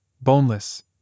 boneless